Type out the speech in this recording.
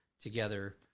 together